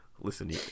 Listen